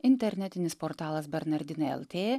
internetinis portalas bernardinai lt